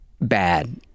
bad